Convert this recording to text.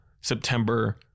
September